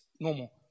normal